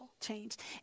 changed